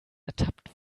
ertappt